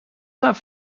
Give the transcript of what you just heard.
have